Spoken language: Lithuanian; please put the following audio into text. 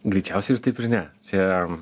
greičiausiai ir taip ir ne čia